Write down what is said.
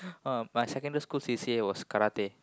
oh my secondary school C_C_A was karate